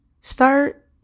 start